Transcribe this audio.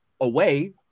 away